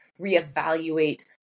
reevaluate